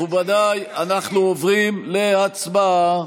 מכובדיי, אנחנו עוברים להצבעה.